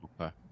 Okay